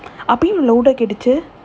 அப்போ ஏன்:appo yaen loud ah கேட்டுச்சு:ketuchu